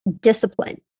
discipline